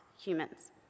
humans